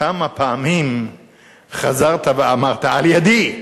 כמה פעמים חזרת ואמרת על-ידי